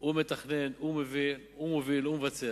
הוא מתכנן, הוא מבצע,